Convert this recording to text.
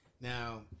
Now